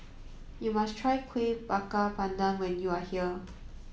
you must try Kuih Bakar Pandan when you are here